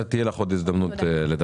תהיה לך עוד הזדמנות לדבר כאן.